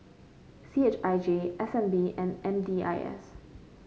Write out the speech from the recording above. C H I J S N B and N D I S